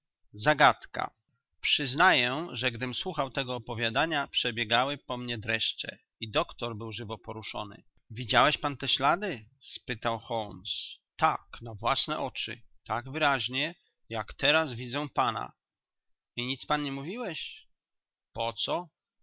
zagadka przyznaję że gdym słuchał tego opowiadania przebiegały po mnie dreszcze i doktor był żywo poruszony widziałeś pan te ślady spytałem tak na własne oczy tak wyraźnie jak teraz widzę pana i nic pan nie mówiłeś po co